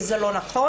וזה לא נכון.